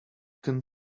can